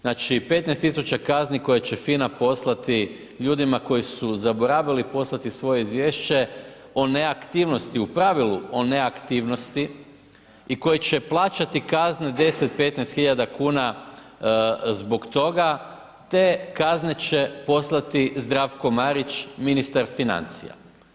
Znači 15 tisuća kazni koja će FINA poslati ljudima koji su zaboravili poslati svoje izvješće o neaktivnosti, u pravilu o neaktivnosti i koji će plaćati kazne, 10, 15 hiljada kuna zbog toga, te kazne će poslati Zdravko Marić ministar financija.